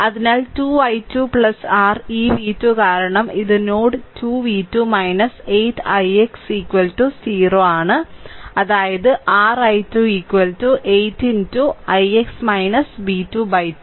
അതിനാൽ 2 i2 r ഈ v2 കാരണം ഇത് നോഡ് 2 v2 8 ix 0 അതായത് r i2 8 ix v2 2